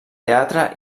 teatre